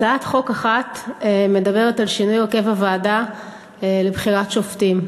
הצעת חוק אחת מדברת על שינוי הרכב הוועדה לבחירת שופטים.